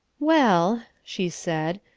well, she said,